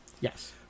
Yes